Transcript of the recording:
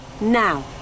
Now